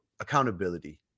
accountability